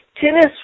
tennis